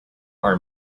are